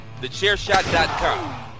TheChairShot.com